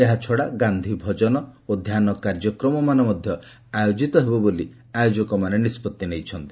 ଏହାଛଡ଼ା ଗାନ୍ଧି ଭଜନ ଓ ଧ୍ୟାନ କାର୍ଯ୍ୟକ୍ରମମାନ ମଧ୍ୟ ଆୟୋଜିତ ହେବ ବୋଲି ଆୟୋକକମାନେ ନିଷ୍ପତ୍ତି ନେଇଛନ୍ତି